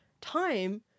time